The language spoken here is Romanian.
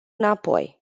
înapoi